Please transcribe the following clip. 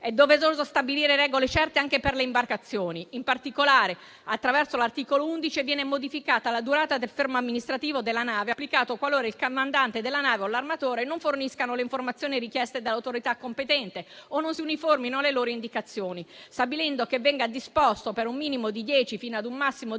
È doveroso stabilire regole certe anche per le imbarcazioni. In particolare, attraverso l'articolo 11 viene modificata la durata del fermo amministrativo della nave, applicato qualora il comandante della nave o l'armatore non forniscano le informazioni richieste dall'autorità competente o non si uniformino alle loro indicazioni, stabilendo che venga disposto il fermo per un minimo di dieci fino ad un massimo di